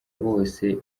bose